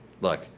look